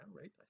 right